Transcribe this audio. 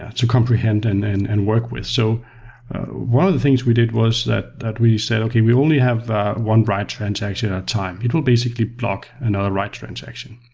um comprehend and and and work with. so one of the things we did was that that we said, okay. we only have one write transaction at a time. it will basically block another write transaction.